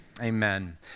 Amen